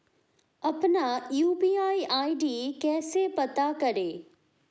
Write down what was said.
अपना UPI ID कैसे पता करें?